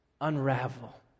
unravel